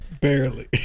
barely